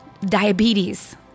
diabetes